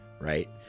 right